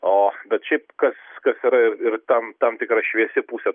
o bet šiaip kas kas yra ir tam tam tikra šviesi pusė